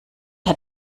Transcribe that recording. hat